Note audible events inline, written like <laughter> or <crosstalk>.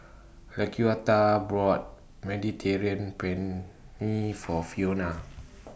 Laquita brought Mediterranean Penne For Fiona <noise>